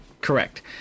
correct